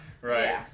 right